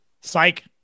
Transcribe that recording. psych